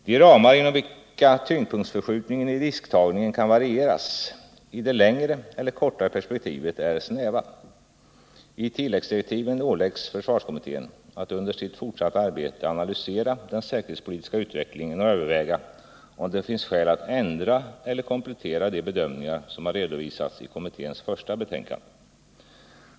De ramar inom vilka tyngdpunktsförskjutningen i risktagningen kan varieras i det längre eller kortare perspektivet är snäva. I tilläggsdirektiven åläggs försvarskommittén att under sitt fortsatta arbete analysera den säkerhetspolitiska utvecklingen och överväga om det finns skäl att ändra eller komplettera de bedömningar som har redovisats i kommitténs första betänkande.